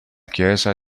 chiesa